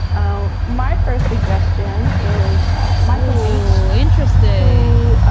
um my first suggestion is michael miccio. interesting.